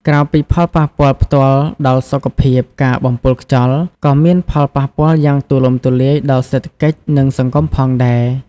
ក្រៅពីផលប៉ះពាល់ផ្ទាល់ដល់សុខភាព ការបំពុលខ្យល់ក៏មានផលប៉ះពាល់យ៉ាងទូលំទូលាយដល់សេដ្ឋកិច្ច និងសង្គមផងដែរ។